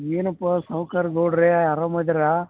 ಏನಪ್ಪ ಸಾವ್ಕಾರ ಗೌಡರೇ ಆರಾಮ್ ಇದಿರಾ